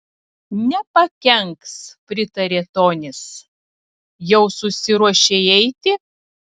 nepakenks pritarė tonis jau susiruošei eiti